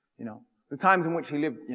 you know the times in which he lived, you